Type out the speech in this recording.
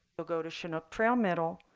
you'll go to chinook trail middle,